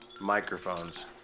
microphones